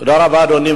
תודה רבה, אדוני.